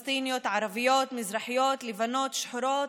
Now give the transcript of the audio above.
פלסטיניות, ערביות, מזרחיות, לבנות, שחורות,